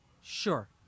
Sure